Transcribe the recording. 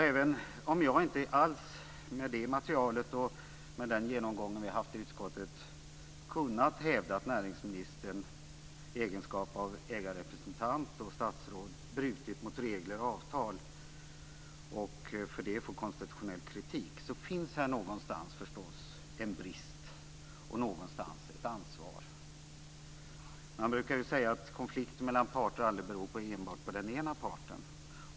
Även om jag inte alls, med det material och den genomgång vi har haft i utskottet, har kunnat hävda att näringsmininstern i egenskap av ägarrepresentant och statsråd har brutit mot regler och avtal och för det fått konstitutionell kritik finns det förstås någonstans en brist och någonstans ett ansvar. Man brukar ju säga att konflikter mellan parter aldrig beror enbart på den ena parten.